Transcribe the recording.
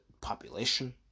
population